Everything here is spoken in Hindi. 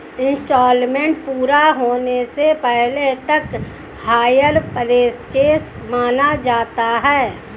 इन्सटॉलमेंट पूरा होने से पहले तक हायर परचेस माना जाता है